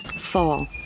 Fall